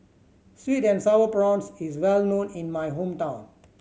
sweet and Sour Prawns is well known in my hometown